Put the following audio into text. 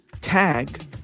tag